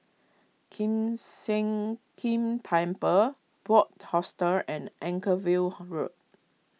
Kiew Sian King Temple Bunc Hostel and Anchorvale Road